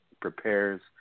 prepares